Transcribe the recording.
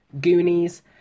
Goonies